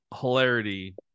hilarity